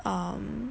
um